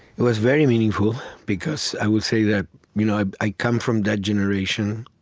it was very meaningful because i will say that you know i i come from that generation,